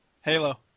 Halo